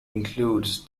includes